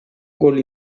gol